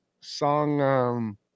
song